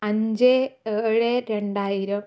അഞ്ച് ഏഴ് രണ്ടായിരം